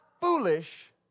foolish